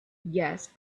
yes